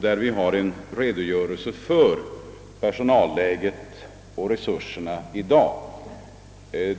Där finns det en redogörelse för personalläget och för dagens resurser.